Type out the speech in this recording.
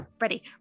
ready